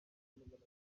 mugaragaro